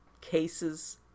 cases